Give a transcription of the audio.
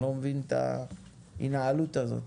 אני לא מבין את ההינעלות הזאת.